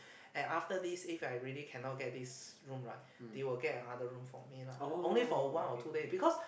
and after this If I really cannot get this room right they will get another room for me lah only for one or two day because